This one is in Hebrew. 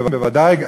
ודאי.